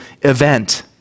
event